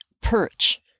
perch